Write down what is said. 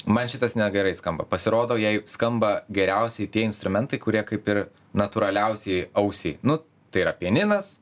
man šitas negerai skamba pasirodo jai skamba geriausiai tie instrumentai kurie kaip ir natūraliausiai ausiai nu tai yra pianinas